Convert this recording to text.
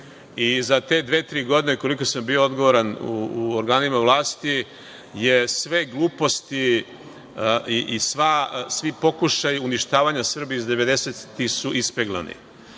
Za te dve, tri godine, koliko sam bio odgovoran, u organima vlasti su sve gluposti i svi pokušaji uništavanja Srbije 90-ih ispeglani.